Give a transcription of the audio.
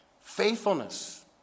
Faithfulness